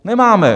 Nemáme!